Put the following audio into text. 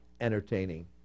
entertaining